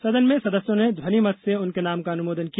सदन में सदस्यों ने ध्वनि मत से उनके नाम का अनुमोदन किया